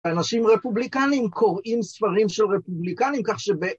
אנשים רפובליקנים קוראים ספרים של רפובליקנים כך שב...